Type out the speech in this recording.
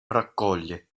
raccoglie